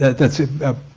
that's a,